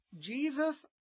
Jesus